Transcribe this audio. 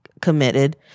committed